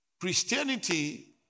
Christianity